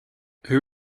who